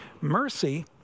Mercy